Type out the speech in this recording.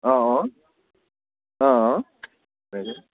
অ অ অ অ